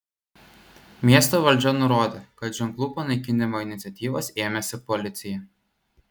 miesto valdžia nurodė kad ženklų panaikinimo iniciatyvos ėmėsi policija